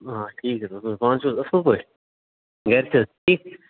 آ ٹھیٖک حظ چھُ پانہٕ چھِو حظ اَصٕل پٲٹھۍ گَرِ چھِو حظ ٹھیٖک